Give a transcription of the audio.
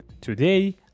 Today